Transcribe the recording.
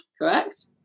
correct